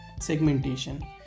Segmentation